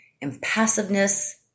impassiveness